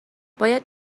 باید